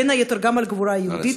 בין היתר גם על גבורה יהודית.